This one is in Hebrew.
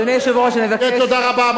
תודה רבה.